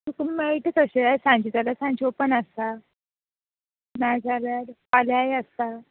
तुका मेळटा तशें सांजे जाल्यार सांजे ओपन आसता नाजाल्यार फाल्यांय आसा